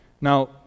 Now